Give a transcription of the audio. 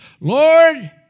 Lord